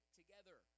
together